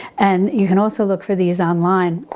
and you can also look for these online.